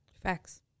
Facts